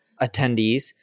attendees